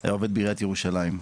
שהיה עובד בירת ירושלים,